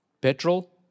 Petrol